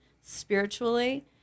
spiritually